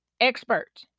expert